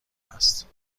است